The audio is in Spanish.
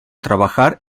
trabajar